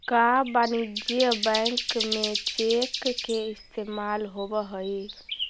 का वाणिज्य बैंक में चेक के इस्तेमाल होब हई?